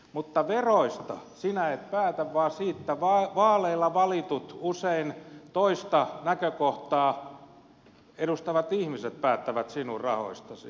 mutta veroista sinä et päätä vaan niistä vaaleilla valitut usein toista näkökohtaa edustavat ihmiset päättävät sinun rahoistasi